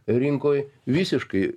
rinkoj visiškai